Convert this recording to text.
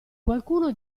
qualcuno